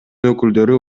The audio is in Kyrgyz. өкүлдөрү